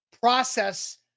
process